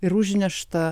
ir užnešta